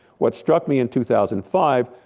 what struck me in two thousand five,